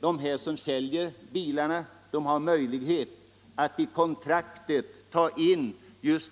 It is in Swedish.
De som säljer bilarna har möjlighet att i kontraktet ta in